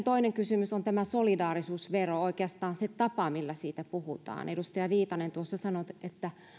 toinen kysymys on tämä solidaarisuusvero oikeastaan se tapa millä siitä puhutaan edustaja viitanen tuossa sanoi että